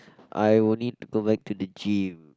I only go back to the gym